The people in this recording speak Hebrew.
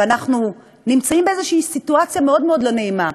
ואנחנו נמצאים באיזושהי סיטואציה מאוד מאוד לא נעימה,